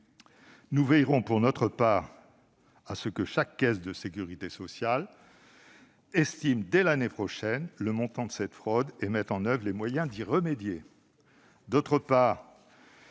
Nous veillerons pour notre part à ce que chaque caisse de sécurité sociale estime, dès l'année prochaine, le montant de cette fraude et mette en oeuvre les moyens d'y remédier. Il nous